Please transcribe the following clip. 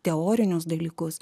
teorinius dalykus